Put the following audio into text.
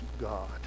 God